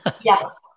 Yes